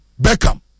Beckham